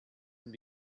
and